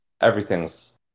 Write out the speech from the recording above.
everything's